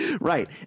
Right